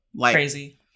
Crazy